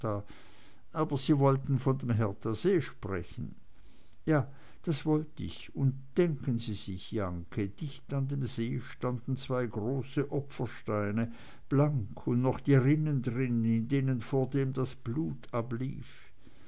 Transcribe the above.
aber sie wollten von dem herthasee sprechen ja das wollt ich und denken sie sich jahnke dicht an dem see standen zwei große opfersteine blank und noch die rinnen drin in denen vordem das blut ablief